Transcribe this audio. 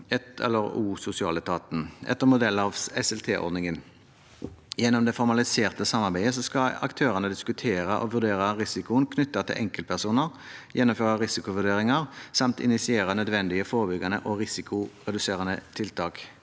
helsevern og sosialetaten etter modell av SLTordningen. Gjennom det formaliserte samarbeidet skal aktørene diskutere og vurdere risikoen knyttet til enkeltpersoner, gjennomføre risikovurderinger samt initiere nødvendige forebyggende og risikoreduserende tiltak.